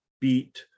beat